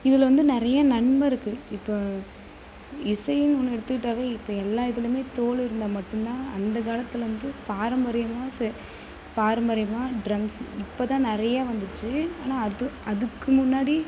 இதில் வந்து நிறைய நன்மை இருக்கு இப்போ இசைன்னு ஒன்று எடுத்துக்கிட்டா இப்போ எல்லா இதுலேயுமே தோல் இருந்தால் மட்டும்தான் அந்த காலத்தில் வந்து பாரம்பரியமாக பாரம்பரியமாக ட்ரம்ஸு இப்போதான் நிறைய வந்துச்சு ஆனால் அது அதுக்கு முன்னாடி